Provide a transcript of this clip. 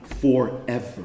forever